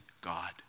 God